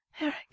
Eric